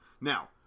Now